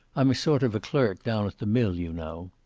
i'm a sort of clerk down at the mill, you know.